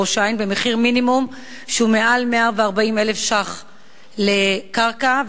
במחיר מינימום שהוא מעל 140,000 שקלים לקרקע,